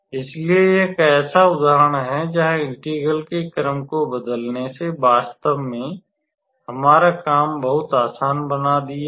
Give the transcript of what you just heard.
इसलिए यह एक ऐसा उदाहरण है जहां इंटीग्रल के क्रम को बदलने से वास्तव में हमारा काम बहुत आसान बना दिया है